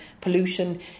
pollution